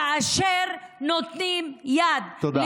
כאשר נותנים יד, תודה.